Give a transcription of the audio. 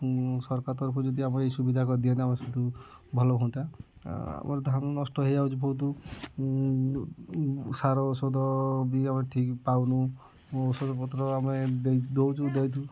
ସରକାର ତରଫରୁ ଯଦି ଆମର ଏଇ ସୁବିଧା କରିଦିଅନ୍ତେ ସବୁଠୁ ଭଲ ହୁଅନ୍ତା ଆମର ଧାନ ନଷ୍ଟ ହୋଇଯାଉଛି ବହୁତୁ ସାର ଔଷଧ ବି ଆମେ ଠିକ୍ ପାଉନୁ ଔଷଧ ପତ୍ର ଆମେ ଦେଇ ଦେଉଛୁ ଦେଇଛୁ